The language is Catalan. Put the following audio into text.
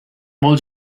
molt